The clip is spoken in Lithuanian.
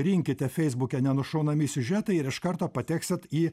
rinkite feisbuke nenušaunami siužetai ir iš karto pateksit į